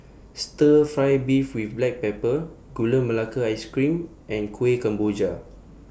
Stir Fry Beef with Black Pepper Gula Melaka Ice Cream and Kuih Kemboja